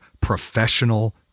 professional